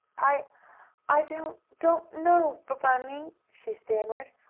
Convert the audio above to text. i i don't don't know bun-bunny! she stammered.